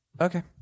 Okay